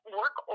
work